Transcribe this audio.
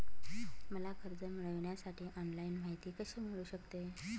मला कर्ज मिळविण्यासाठी ऑनलाइन माहिती कशी मिळू शकते?